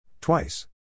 Twice